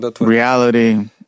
reality